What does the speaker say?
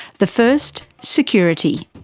the first, security,